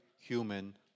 human